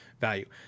value